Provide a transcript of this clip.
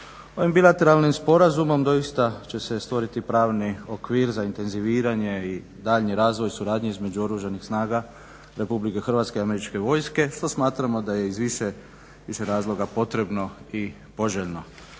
Ovim bilateralnim sporazumom će se doista stvoriti pravni okvir za intenziviranje i daljnji razvoj suradnje između Oružanih snaga RH i Američke vojske što smatramo iz više razloga potrebno i poželjno.